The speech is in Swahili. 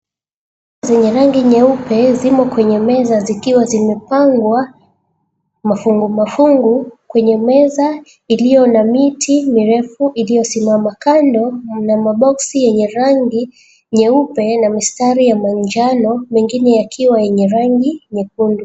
Zenye rangi nyeupe zimo kwenye meza zikiwa zimepangwa mafungu mafungu kwenye meza iliyo na miti mirefu iliyosimama kando na maboksi yenye rangi nyeupe na mistari ya manjano, mengine yakiwa yenye rangi nyekundu.